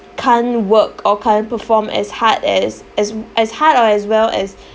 can't work or can't perform as hard as as as hard or as well as